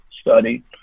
study